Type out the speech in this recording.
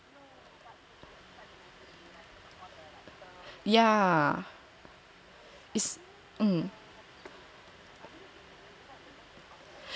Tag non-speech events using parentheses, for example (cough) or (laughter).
yeah it's (m) !wow! that's nice super jealous dude (laughs)